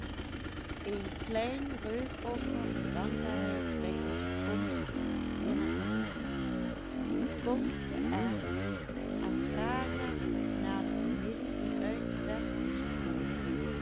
dankbaarheid bij onze komst in het moederland kom te r en vraag er naar de familie die uit de west is gekomen